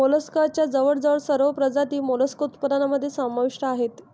मोलस्कच्या जवळजवळ सर्व प्रजाती मोलस्क उत्पादनामध्ये समाविष्ट आहेत